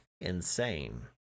insane